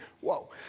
Whoa